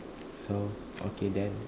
so okay then